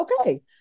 okay